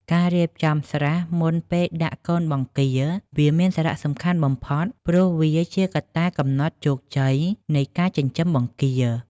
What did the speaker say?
ការរៀបចំស្រះមុនពេលដាក់កូនបង្គា វាមានសារៈសំខាន់បំផុត ព្រោះវាជាកត្តាកំណត់ជោគជ័យនៃការចិញ្ចឹមបង្គា។